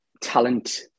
talent